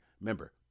Remember